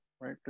right